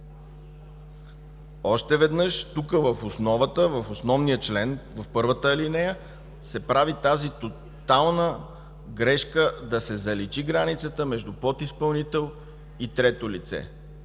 Още веднъж, тук, в основата, в основния член, в ал. 1, се прави тази тотална грешка да се заличи границата между „подизпълнител” и „трето лице”,